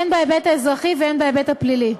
הן בהיבט האזרחי והן בהיבט הפלילי.